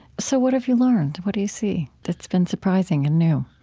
so what have you learned? what do you see that's been surprising and new?